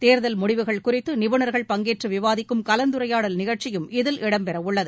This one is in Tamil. தேர்தல் முடிவுகள் குறித்து நிபுணர்கள் பங்கேற்று விவாதிக்கும் கலந்துரையாடல் நிகழ்ச்சியும் இதில் இடம் பெறவுள்ளது